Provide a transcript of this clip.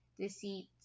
deceit